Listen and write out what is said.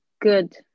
good